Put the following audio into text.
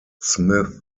smith